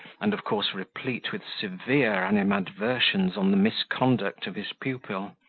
and of course replete with severe animadversions on the misconduct of his pupil.